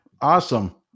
Awesome